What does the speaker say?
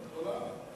לא.